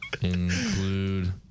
Include